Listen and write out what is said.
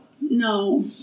no